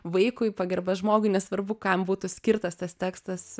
vaikui pagarba žmogui nesvarbu kam būtų skirtas tas tekstas